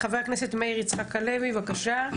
חבר הכנסת מאיר יצחק הלוי, בבקשה.